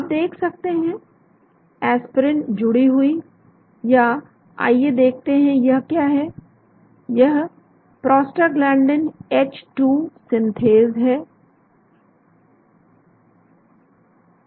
आप देख सकते हैं एस्प्रिन जुड़ी हुई या आइए देखते हैं यह क्या है यह प्रोस्टाग्लैंडइन H2 सिंथेज है